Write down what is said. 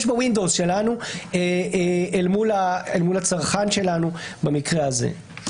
ב-windows שלנו אל מול הצרכן שלנו במקרה הזה.